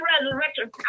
resurrection